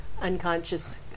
Unconscious